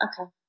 okay